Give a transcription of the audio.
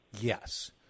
Yes